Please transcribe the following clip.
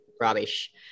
rubbish